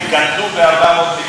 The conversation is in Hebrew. תקשיב לסגן